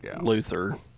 Luther